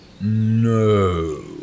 No